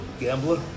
gambler